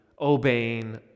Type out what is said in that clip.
obeying